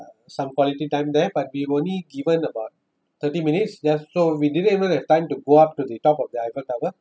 some quality time there but we were only given about thirty minutes just so we didn't even have time to go up to the top of the eiffel tower